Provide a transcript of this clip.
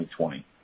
2020